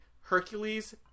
Hercules